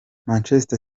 manchester